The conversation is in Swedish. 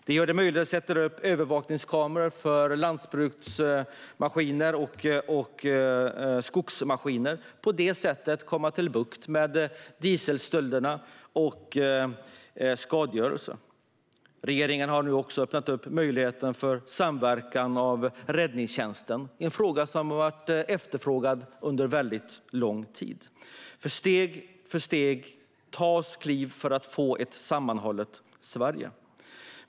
Det gör det möjligt att sätta upp övervakningskameror för lantbruksmaskiner och skogsmaskiner och på det sättet få bukt med dieselstölderna och skadegörelse. Regeringen har öppnat möjligheten för samverkan med räddningstjänsten. Det är något som har varit efterfrågat under väldigt lång tid. Steg för steg tas kliv för att få ett sammanhållet Sverige.